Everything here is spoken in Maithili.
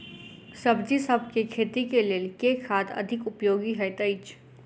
सब्जीसभ केँ खेती केँ लेल केँ खाद अधिक उपयोगी हएत अछि?